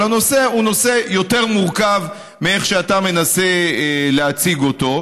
אבל הנושא הוא נושא יותר מורכב מאיך שאתה מנסה להציג אותו.